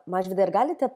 mažvydai ir galite